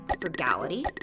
frugality